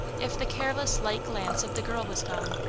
if the careless light glance of the girl was gone,